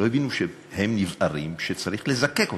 לא הבינו שהם נבערים שצריך לזקק אותם.